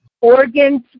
organs